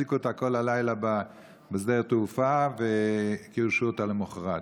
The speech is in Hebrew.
החזיקו אותה כל הלילה בשדה התעופה וגירשו אותה למוחרת.